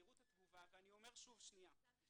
ובמהירותה --- אז אל תשתמשו בהן.